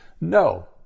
No